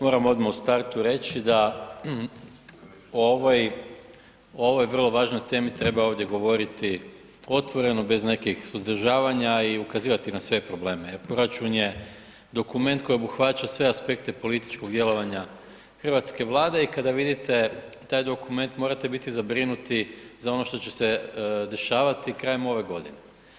Moram odmah u startu reći da o ovoj vrlo važnoj temi treba ovdje govoriti otvoreno bez nekih suzdržavanja i ukazivati na sve probleme jer proračun je dokument koji obuhvaća sve aspekte političkog djelovanja hrvatske Vlade i kada vidite taj dokument morate biti zabrinuti za ono što će se dešavati krajem ove godine.